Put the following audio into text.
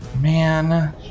Man